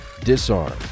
Disarm